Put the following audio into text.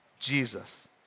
Jesus